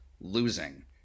losing